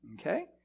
okay